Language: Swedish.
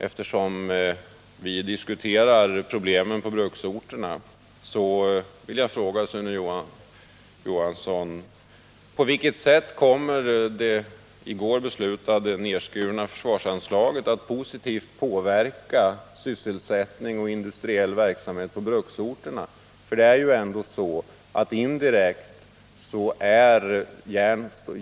Eftersom vi diskuterar problemen på bruksorterna vill jag fråga Sune Johansson: På vilket sätt kommer det i går beslutade nedskurna försvarsanslaget att positivt påverka sysselsättning och industriell verksamhet på bruksorterna?